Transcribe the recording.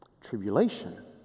Tribulation